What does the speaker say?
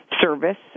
service